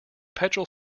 petrol